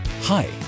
Hi